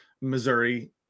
Missouri